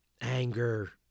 anger